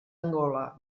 angola